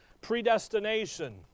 Predestination